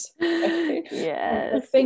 yes